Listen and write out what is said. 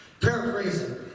Paraphrasing